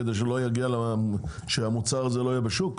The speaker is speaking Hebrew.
בשביל שהמוצר הזה לא יהיה בשוק?